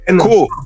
Cool